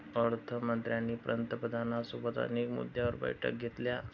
अर्थ मंत्र्यांनी पंतप्रधानांसोबत अनेक मुद्द्यांवर बैठका घेतल्या